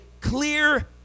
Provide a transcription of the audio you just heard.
clear